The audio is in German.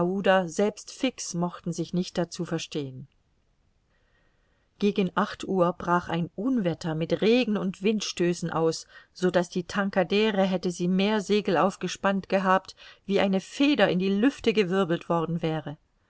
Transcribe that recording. selbst fix mochten sich nicht dazu verstehen gegen acht uhr brach ein unwetter mit regen und windstößen aus so daß die tankadere hätte sie mehr segel aufgespannt gehabt wie eine feder in die lüfte gewirbelt worden wäre